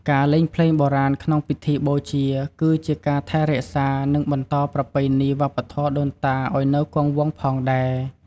ការលេងភ្លេងបុរាណក្នុងពិធីបូជា គឺជាការថែរក្សា និងបន្តប្រពៃណីវប្បធម៌ដូនតាឲ្យនៅគង់វង្សផងដែរ។